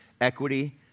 equity